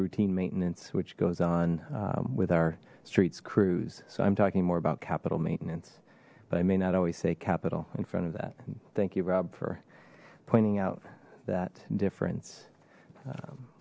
routine maintenance which goes on with our streets crews so i'm talking more about capital maintenance but i may not always say capital in front of that thank you rob for pointing out that difference